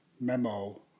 memo